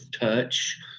touch